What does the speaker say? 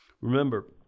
Remember